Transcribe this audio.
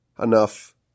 enough